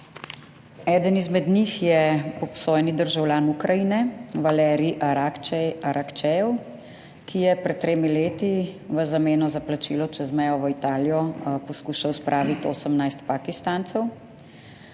eden izmed njih je obsojeni državljan Ukrajine, Valerij Arakčej Arakčejev(?), ki je pred tremi leti v zameno za plačilo čez mejo v Italijo poskušal spraviti 18 Pakistancev.